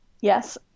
Yes